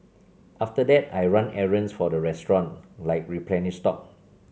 after that I run errands for the restaurant like replenish stock